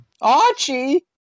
Archie